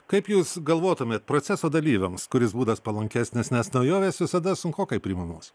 kaip jūs galvotumėt proceso dalyviams kuris būdas palankesnis nes naujovės visada sunkokai priimamos